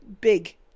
big